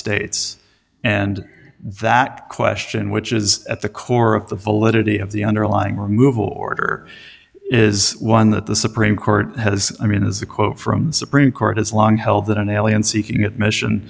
states and that question which is at the core of the validity of the underlying removal order is one that the supreme court has i mean is the quote from the supreme court has long held that an alien seeking admission